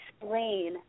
explain